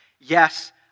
yes